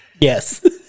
Yes